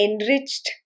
enriched